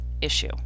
issue